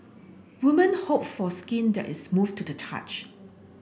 women hope for skin that is move to the touch